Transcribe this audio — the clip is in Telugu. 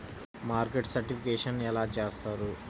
మార్కెట్ సర్టిఫికేషన్ ఎలా చేస్తారు?